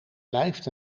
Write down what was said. blijft